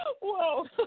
Whoa